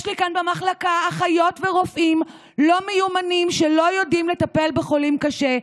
יש לי כאן במחלקה אחיות ורופאים לא מיומנים שלא יודעים לטפל בחולים קשה,